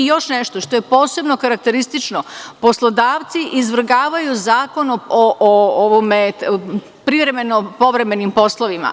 Još nešto što je posebno karakteristično, poslodavci izvrgavaju Zakon o privremeno povremenim poslovima.